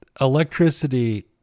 electricity